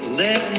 let